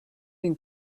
can